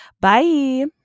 Bye